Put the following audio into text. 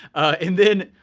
and then,